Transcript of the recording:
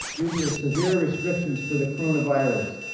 due to the severe restrictions for the coronavirus.